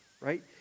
right